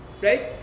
right